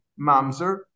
mamzer